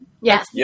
Yes